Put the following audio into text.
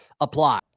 apply